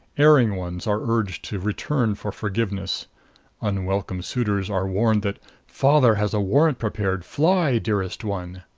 erring ones are urged to return for forgiveness unwelcome suitors are warned that father has warrant prepared fly, dearest one!